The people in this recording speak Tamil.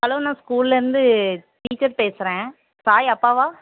ஹலோ நான் ஸ்கூல்லேருந்து டீச்சர் பேசுகிறேன் சாய் அப்பாவா